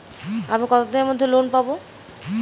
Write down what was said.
আমি কতদিনের মধ্যে লোন পাব?